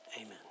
Amen